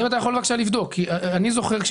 אם אתה יכול בבקשה לבדוק כי אני זוכר עת